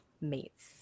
mates